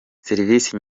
serivise